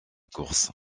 course